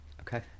okay